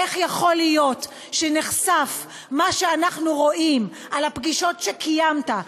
איך יכול להיות שנחשף מה שאנחנו רואים על הפגישות שקיימת,